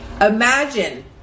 Imagine